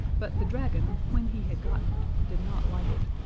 but the dragon, when he had gotten it, did not like it.